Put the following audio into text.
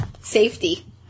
safety